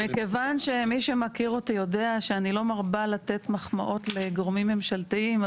מכיוון שמי שמכיר אותי יודע שאני לא מרבה לתת מחמאות לגורמים ממשלתיים,